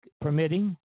permitting